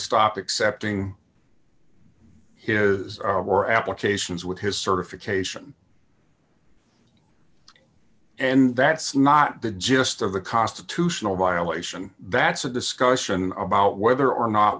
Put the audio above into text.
stop accepting his or applications with his certification and that's not the gist of the constitutional violation that's a discussion about whether or not